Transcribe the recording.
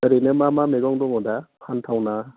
ओरैनो मा मा मैगं दङ दा फानथावना